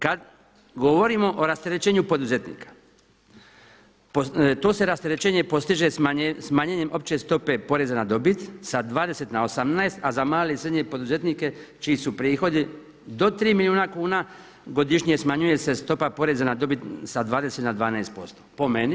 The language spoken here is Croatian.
Kad govorimo o rasterećenju poduzetnika to se rasterećenje postiže smanjenjem opće stope poreza na dobit sa 20 na 18, a za male i srednje poduzetnike čiji su prihodi do 3 milijuna kuna godišnje smanjuje se stopa poreza na dobit sa 20 na 12%